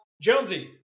Jonesy